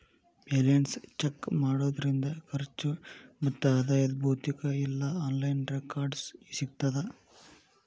balance check ಮಾಡೋದ್ರಿಂದ ಖರ್ಚು ಮತ್ತ ಆದಾಯದ್ ಭೌತಿಕ ಇಲ್ಲಾ ಆನ್ಲೈನ್ ರೆಕಾರ್ಡ್ಸ್ ಸಿಗತ್ತಾ